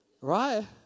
right